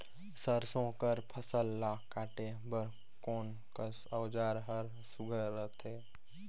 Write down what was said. सरसो कर फसल ला काटे बर कोन कस औजार हर सुघ्घर रथे?